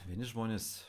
vieni žmonės